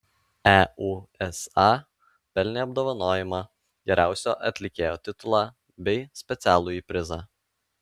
eusa pelnė apdovanojimą geriausio atlikėjo titulą bei specialųjį prizą